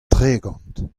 tregont